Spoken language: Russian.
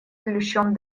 плющом